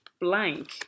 blank